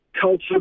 Culture